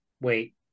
Wait